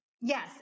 yes